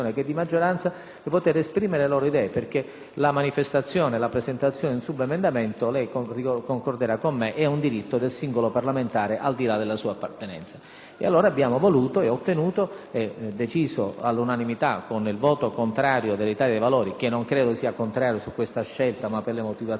di poter esprimere le loro idee, perché la presentazione di un subemendamento - lei concorderà con me - è un diritto del singolo parlamentare al di là della sua appartenenza. E allora abbiamo deciso all'unanimità, con il solo voto contrario dell'Italia dei Valori (che non credo sia contrario su questa scelta, ma per le motivazioni da lei espresse),